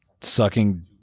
sucking